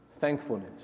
thankfulness